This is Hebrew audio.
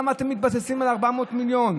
למה אתם מתבססים על 400 מיליון?